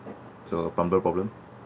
or what so bumper problem